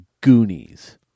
Goonies